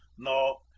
no,